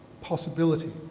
possibility